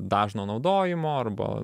dažno naudojimo arba